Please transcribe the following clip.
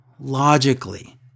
Logically